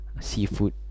Seafood